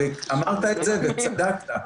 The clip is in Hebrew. אמרת את זה וצדקת,